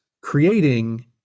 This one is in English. creating